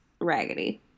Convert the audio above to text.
raggedy